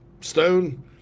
Stone